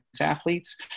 athletes